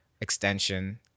extension